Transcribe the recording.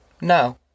No